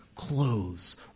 Clothes